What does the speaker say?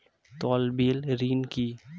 তলবি ঋণ কি?